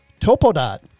Topodot